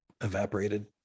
evaporated